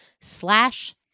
slash